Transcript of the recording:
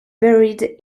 buried